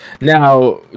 Now